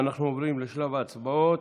ואנחנו עוברים לשלב ההצבעות.